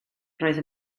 roedd